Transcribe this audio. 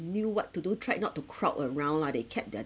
knew what to do tried not to crowd around lah they kept their